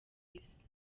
isi